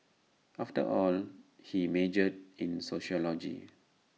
after all he majored in sociology